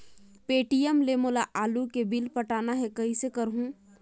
Paytm ले मोला आलू के बिल पटाना हे, कइसे करहुँ?